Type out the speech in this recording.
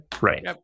right